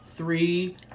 Three